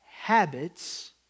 habits